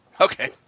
Okay